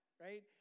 right